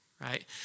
right